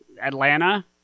Atlanta